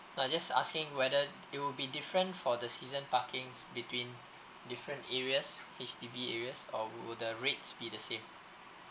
I just asking whether it will be different for the season parking between different areas H_D_B areas or will the rates be the same